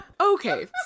okay